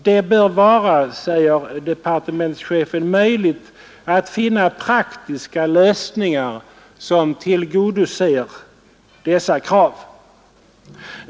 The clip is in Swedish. Det bör, säger departementschefen, vara möjligt att finna praktiska lösningar som tillgodoser dessa krav.